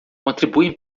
contribuem